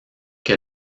que